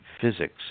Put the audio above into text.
physics